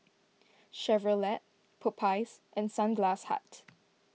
Chevrolet Popeyes and Sunglass Hut